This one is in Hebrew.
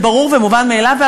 זה ברור ומובן מאליו,